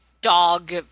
dog